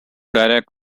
direct